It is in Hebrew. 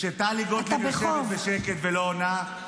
כשטלי גוטליב יושבת בשקט ולא עונה,